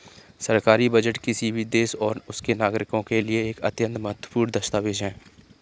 सरकारी बजट किसी भी देश और उसके नागरिकों के लिए एक अत्यंत महत्वपूर्ण दस्तावेज है